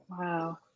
Wow